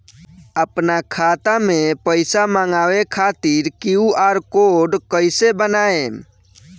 आपन खाता मे पईसा मँगवावे खातिर क्यू.आर कोड कईसे बनाएम?